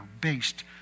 based